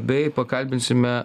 bei pakalbinsime